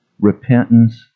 Repentance